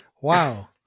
wow